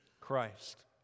Christ